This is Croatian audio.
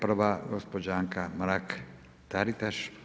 Prva gospođa Anka Mrak-Taritaš.